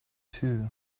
too